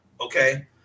Okay